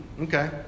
okay